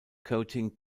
coating